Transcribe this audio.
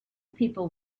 people